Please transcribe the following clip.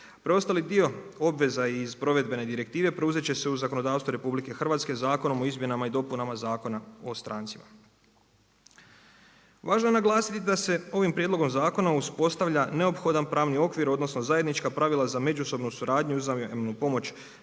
Preostali dio obveza iz provedbene direktivne preuzet će se u zakonodavstvu RH, Zakonom o izmjenama i dopunama Zakona o strancima. Važno je naglasiti da se ovim prijedlogom zakona uspostavlja neophodan pravni okvir, odnosno zajednička pravila za međusobnu suradnju, uzajmljenu pomoć